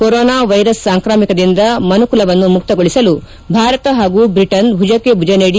corona virus ಸಾಂಕ್ರಾಮಿಕದಿಂದ ಮನುಷ್ಕ ಕುಲವನ್ನು ಮುಕ್ತಗೊಳಿಸಲು ಭಾರತ ಪಾಗೂ ಬ್ರಿಟನ್ ಭುಜಕ್ಕೆ ಭುಜ ನೀಡಿ